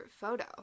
photo